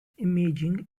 imaging